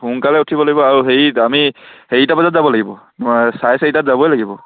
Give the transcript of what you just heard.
সোনকালে উঠিব লাগিব আৰু হেৰি আমি হেৰিটা বজাত যাব লাগিব চাৰে চাৰিটাত যাবই লাগিব